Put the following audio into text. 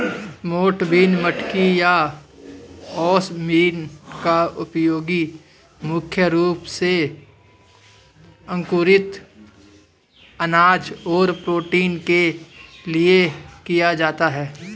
मोठ बीन, मटकी या ओस बीन का उपयोग मुख्य रूप से अंकुरित अनाज और प्रोटीन के लिए किया जाता है